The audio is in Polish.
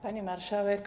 Pani Marszałek!